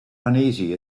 uneasy